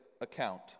account